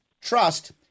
trust